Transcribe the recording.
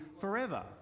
forever